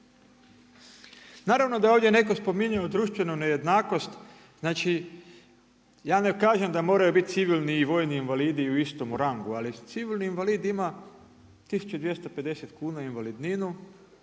Naravno da je ovdje netko spominjao društvenu nejednakost, znači ja ne kažem da moraju biti civilni i vojni invalidi u istom rangu ali civilni invalid ima 1250kn invalidninu,